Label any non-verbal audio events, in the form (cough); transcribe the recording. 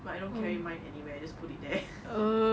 but I don't carry mine anywhere just put it there (laughs)